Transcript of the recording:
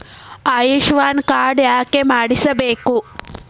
Ayushman card ಯಾಕೆ ಮಾಡಿಸಬೇಕು?